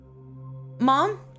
Mom